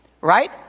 Right